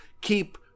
keep